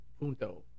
punto